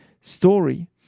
story